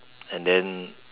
and then